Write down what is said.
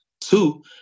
Two